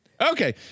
Okay